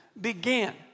began